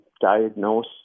diagnose